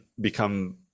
become